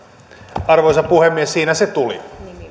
arvoisa puhemies siinä se tuli